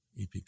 EPP